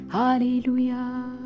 Hallelujah